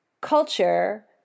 culture